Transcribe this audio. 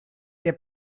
der